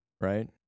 right